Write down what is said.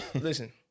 Listen